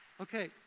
Okay